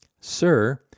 Sir